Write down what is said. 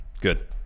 Good